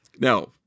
Now